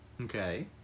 Okay